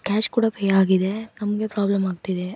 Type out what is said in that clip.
cash ಕೂಡ pay ಆಗಿದೆ ನಮಗೆ ಪ್ರಾಬ್ಲಮ್ ಆಗ್ತಿದೆ